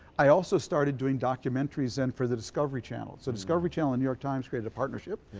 i also started doing documentaries then for the discovery channel. the discovery channel and new york times created a partnership.